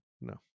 No